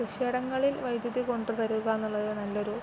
കൃഷിയിടങ്ങളിൽ വൈദ്യുതി കൊണ്ടുവരിക എന്നുള്ളതു നല്ലൊരു